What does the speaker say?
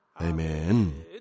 Amen